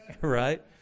Right